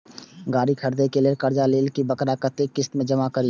गाड़ी खरदे के लेल जे कर्जा लेलिए वकरा कतेक किस्त में जमा करिए?